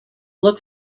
look